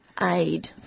aid